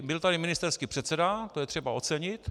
Byl tady ministerský předseda, to je třeba ocenit.